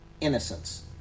innocence